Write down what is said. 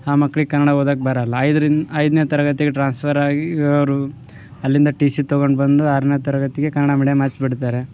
ಆ ಮಕ್ಳಿಗೆ ಕನ್ನಡ ಓದೊಕ್ ಬರೊಲ್ಲ ಐದರಿನ್ ಐದನೇ ತರಗತಿಗೆ ಟ್ರಾನ್ಸ್ಫರ್ ಆಗಿ ಅವರು ಅಲ್ಲಿಂದ ಟಿ ಸಿ ತಗೊಂಡು ಬಂದು ಆರನೆ ತರಗತಿಗೆ ಕನ್ನಡ ಮೀಡಿಯಮ್ ಹಚ್ಬಿಡ್ತಾರೆ